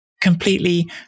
Completely